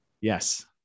Yes